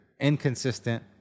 inconsistent